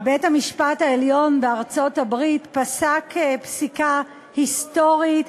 בית-המשפט העליון בארצות-הברית פסק פסיקה היסטורית,